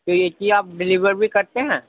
تو یہ کیا آپ ڈلیور بھی کرتے ہیں